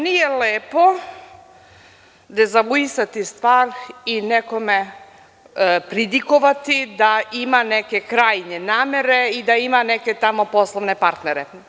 Nije lepo dezavuisati stvari i nekome pridikovati da ima neke krajnje namere i da ima tamo neke poslovne partnere.